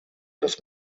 das